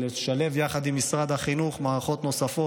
כדי לצמצם את הפערים יש צורך לשלב יחד עם משרד החינוך מערכות נוספות,